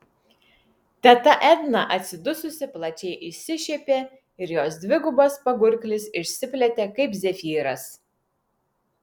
teta edna atsidususi plačiai išsišiepė ir jos dvigubas pagurklis išsiplėtė kaip zefyras